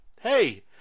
Hey